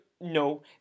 no